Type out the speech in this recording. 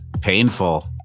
painful